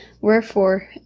Wherefore